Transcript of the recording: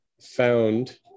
found